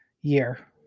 year